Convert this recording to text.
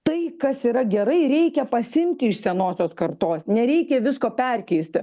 tai kas yra gerai reikia pasiimti iš senosios kartos nereikia visko perkeisti